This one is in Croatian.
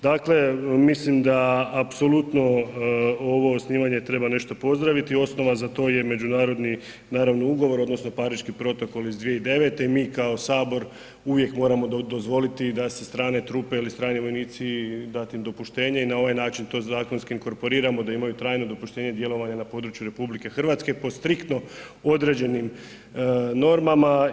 Dakle mislim da apsolutno ovo osnivanje treba nešto pozdraviti, osnova za to je međunarodni, naravno ugovor, odnosno Pariški protokol iz 2009. i mi kao Sabor uvijek moramo dozvoliti da se strane trupe ili strani vojnici, dati im dopuštenje i na ovaj način to zakonski inkorporiramo da imaju trajno dopuštenje djelovanja na području RH po striktno određenim normama.